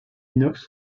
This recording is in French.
inox